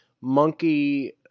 monkey